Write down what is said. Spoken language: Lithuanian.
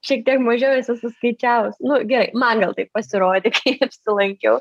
šiek tiek mažiau esu suskaičiavus nu gerai man gal taip pasirodė kai apsilankiau